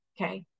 okay